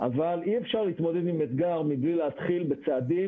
אבל אי אפשר להתמודד עם אתגר מבלי להתחיל בצעדים,